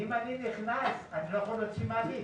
אם אני נכנס, אני לא יכול להוציא מעלית.